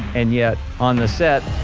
and yet on the set